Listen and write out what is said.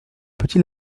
petit